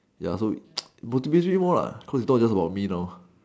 ya so more lah cause its not just about me now